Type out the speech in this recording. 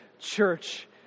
church